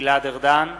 גלעד ארדן,